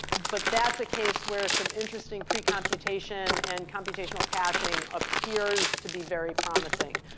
but that's a case where some interesting pre-computation and computational caching appears to be very promising.